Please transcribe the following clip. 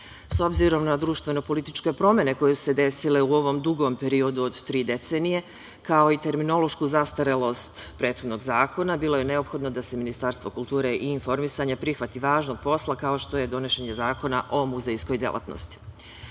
obzirom na društveno-političke promene koje su se desile u ovom dugom periodu od tri decenije, kao i terminološku zastarelost prethodnog zakona, bilo je neophodno da se Ministarstvo kulture i informisanja prihvati važnog posla kao što je donošenje Zakona o muzejskoj delatnosti. Cilj